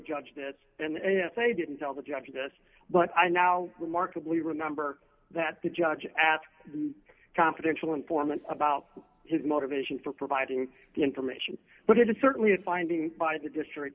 judge this and they didn't tell the judge this but i now remarkably remember that the judge asked in a confidential informant about his motivation for providing information but it is certainly a finding by the district